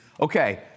Okay